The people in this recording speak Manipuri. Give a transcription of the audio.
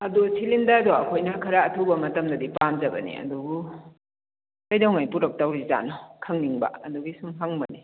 ꯑꯗꯣ ꯁꯤꯂꯤꯟꯗꯔꯗꯣ ꯑꯩꯈꯣꯏꯅ ꯈꯔ ꯑꯊꯨꯕ ꯃꯇꯝꯗꯗꯤ ꯄꯥꯝꯖꯕꯅꯦ ꯑꯗꯨꯕꯨ ꯀꯩꯗꯧꯉꯩ ꯄꯨꯔꯛꯇꯧꯔꯤꯖꯥꯠꯅꯣ ꯈꯪꯅꯤꯡꯕ ꯑꯗꯨꯒꯤ ꯁꯨꯝ ꯍꯪꯕꯅꯤ